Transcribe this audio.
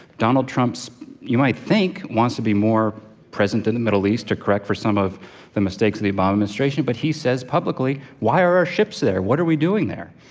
donald trump you might think wants to be more present in the middle east, to correct for some of the mistakes of the obama administration, but he says publicly, why are our ships there? what are we doing there?